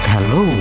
Hello